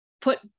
put